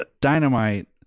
Dynamite